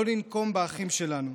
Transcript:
לא לנקום באחים שלנו,